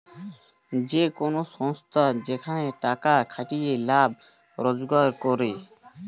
যে কোন সংস্থা যেখানে টাকার খাটিয়ে লাভ রোজগার করে